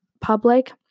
public